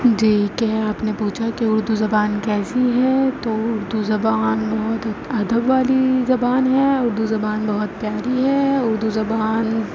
جی کہ آپ نے پوچھا ہے کہ اردو زبان کیسی ہے تو اردو زبان بہت ادب والی زبان ہے اردو زبان بہت پیاری ہے اردو زبان